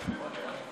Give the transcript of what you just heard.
מכובדי סגן שר